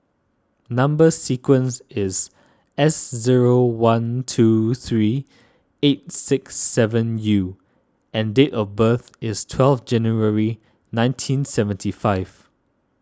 Number Sequence is S zero one two three eight six seven U and date of birth is twelve January nineteen seventy five